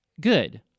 Good